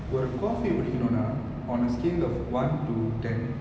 ஒரு:oru coffee குடிக்கனுனா:kudikkanuna on a scale of one to ten